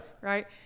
right